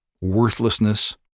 worthlessness